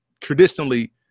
traditionally